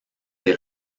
des